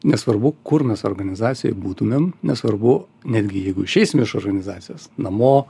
nesvarbu kur mes organizacijoj būtumėm nesvarbu netgi jeigu išeisim iš organizacijos namo